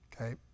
Okay